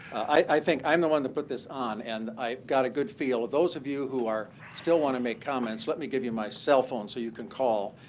i think i'm the one that put this on, and i've got a good feel. those of you who still want to make comments, let me give you my cell phone so you can call.